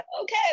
okay